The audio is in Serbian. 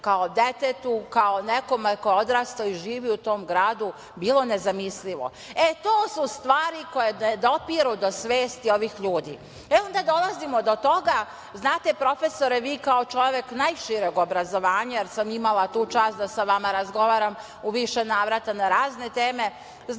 kao detetu, kao nekome ko je odrastao i živi u tom gradu, bilo nezamislivo.E, to su stvari koje ne dopiru do svesti ovih ljudi. Onda dolazimo do toga, znate, profesore, vi kao čovek najšireg obrazovanja, jer sam imala tu čast da sa vama razgovaram u više navrata na razne teme,